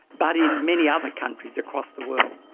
but in many other countries across the world.